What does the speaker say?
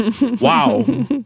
wow